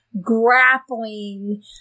grappling